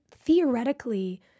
theoretically